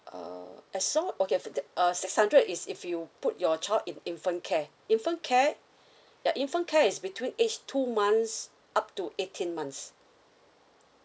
uh as long okay after that uh six hundred is if you put your child in infant care infant care ya infant care is between age two months up to eighteen months